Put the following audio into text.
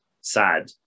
sad